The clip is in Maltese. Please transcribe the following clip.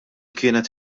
kienet